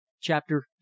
Chapter